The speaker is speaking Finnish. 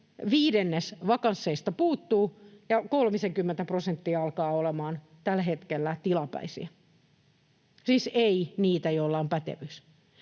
viidennes vakansseista puuttuu ja kolmisenkymmentä prosenttia alkaa olemaan tällä hetkellä tilapäisiä, siis ei niitä, joilla on pätevyys.